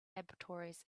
laboratories